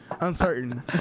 uncertain